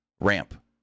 ramp